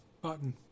button